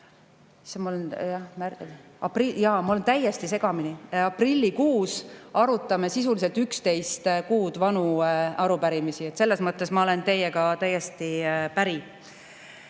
ma olen täiesti segamini. … aprillikuus arutame sisuliselt 11 kuud vanu arupärimisi. Selles mõttes ma olen teiega täiesti päri.